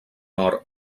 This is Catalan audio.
nord